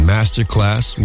Masterclass